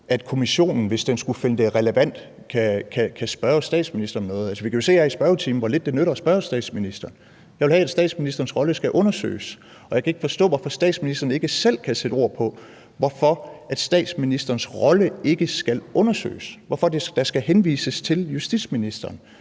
at kommissionen, hvis den skulle finde det relevant, kan spørge statsministeren om noget. Altså, vi kan jo se her i spørgetimen, hvor lidt det nytter at spørge statsministeren. Jeg vil have, at statsministerens rolle skal undersøges, og jeg kan ikke forstå, hvorfor statsministeren ikke selv kan sætte ord på, hvorfor statsministerens rolle ikke skal undersøges, og hvorfor der skal henvises til justitsministeren.